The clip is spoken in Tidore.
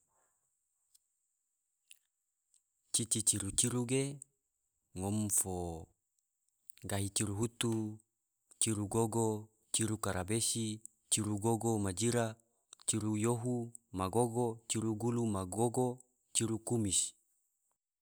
Cici ciru ciru ge ngom gahi ciru hutu, ciru gogo, ciru karabesi, ciru gogo ma jira, ciru yohu ma gogo, ciru gulu ma gogo, ciru kumis.